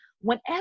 whenever